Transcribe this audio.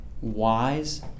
wise